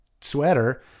sweater